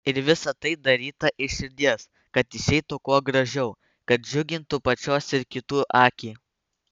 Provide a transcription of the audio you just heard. ir visa tai daryta iš širdies kad išeitų kuo gražiau kad džiugintų pačios ir kitų akį